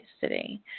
today